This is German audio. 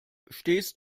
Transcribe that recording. stehst